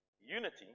Unity